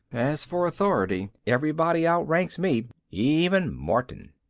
as for authority, everybody outranks me, even martin.